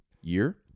year